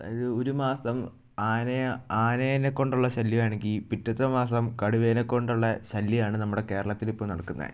അതായത് ഒരു മാസം ആനയെ ആനയെ കൊണ്ടുള്ള ശല്യമാണെങ്കിൽ പിറ്റത്തെ മാസം കടുവേനെക്കൊണ്ടുള്ള ശല്യമാണ് നമ്മുടെ കേരളത്തിലിപ്പോൾ നടക്കുന്നത്